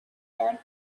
third